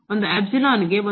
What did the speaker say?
ಒಂದು ಗೆ ಒಂದು